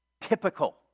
typical